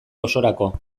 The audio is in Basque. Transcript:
osorako